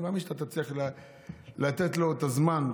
אני מאמין שאתה תצליח לתת לו את הזמן,